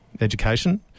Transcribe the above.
education